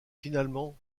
finalement